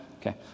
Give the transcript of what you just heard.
Okay